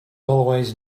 always